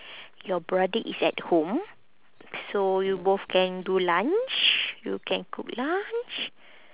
your brother is at home so you both can do lunch you can cook lunch